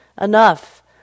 enough